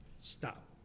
stop